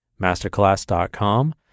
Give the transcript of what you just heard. masterclass.com